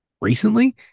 recently